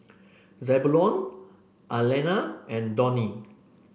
Zebulon Alanna and Donnie